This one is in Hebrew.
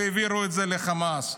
והעבירו את זה לחמאס.